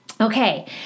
Okay